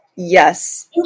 Yes